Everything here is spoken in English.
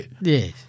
Yes